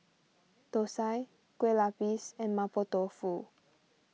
Thosai Kueh Lupis and Mapo Tofu